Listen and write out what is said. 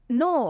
no